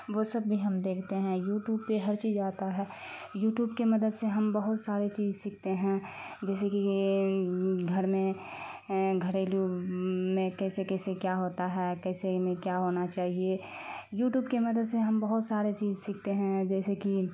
وہ سب بھی ہم دیکھتے ہیں یوٹوب پہ ہر چیز آتا ہے یوٹوب کے مدد سے ہم بہت سارے چیز سیکھتے ہیں جیسے کہ گھر میں گھریلو میں کیسے کیسے کیا ہوتا ہے کیسے میں کیا ہونا چاہیے یوٹوب کے مدد سے ہم بہت سارے چیز سیکھتے ہیں جیسے کہ